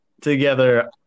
together